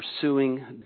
pursuing